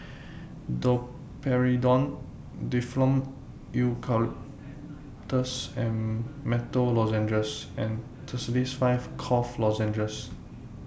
Domperidone Difflam Eucalyptus and Menthol Lozenges and Tussils five Cough Lozenges